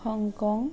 Hong Kong